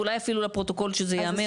ואולי אפילו לפרוטוקול שזה יאמר.